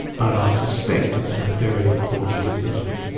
but i suspect it's a very important decision.